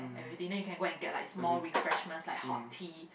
everything then you go and get like small refreshments like hot tea